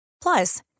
Plus